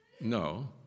no